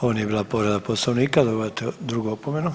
Ovo nije bila povreda Poslovnika, dobivate drugu opomenu.